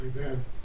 amen